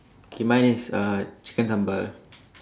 okay mine is uh chicken sambal